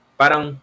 parang